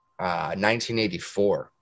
1984